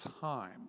time